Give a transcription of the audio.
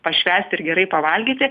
pašvęsti ir gerai pavalgyti